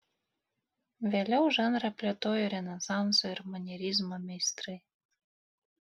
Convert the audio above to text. vėliau žanrą plėtojo renesanso ir manierizmo meistrai